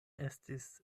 estis